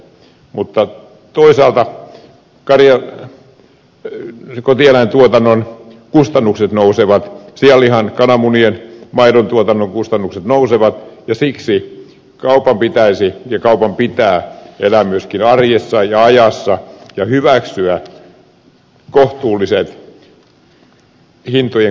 mutta toisaalta kotieläintuotannon kustannukset nousevat sianlihan kananmunien maidon tuotannon kustannukset nousevat ja siksi kaupan pitää elää myöskin arjessa ja ajassa ja hyväksyä kohtuulliset hintojen korotukset